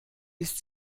ist